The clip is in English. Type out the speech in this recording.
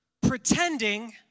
pretending